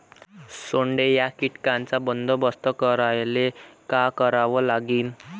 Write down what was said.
सोंडे या कीटकांचा बंदोबस्त करायले का करावं लागीन?